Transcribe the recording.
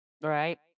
Right